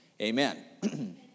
amen